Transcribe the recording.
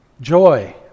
joy